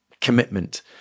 commitment